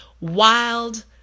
wild